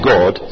God